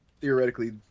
theoretically